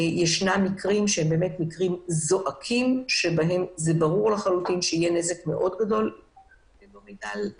ישנם מקרים זועקים שבהם ברור שיהיה נזק גדול --- הנבדקים.